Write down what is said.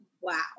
Wow